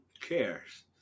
cares